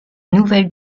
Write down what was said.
nouvelle